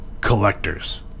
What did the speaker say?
collectors